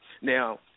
Now